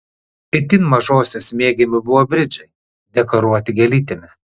itin mažosios mėgiami buvo bridžiai dekoruoti gėlytėmis